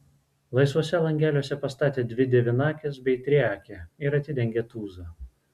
laisvuose langeliuose pastatė dvi devynakes bei triakę ir atidengė tūzą